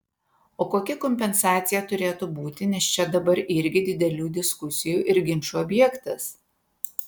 o kokia kompensacija turėtų būti nes čia dabar irgi didelių diskusijų ir ginčų objektas